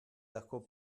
lahko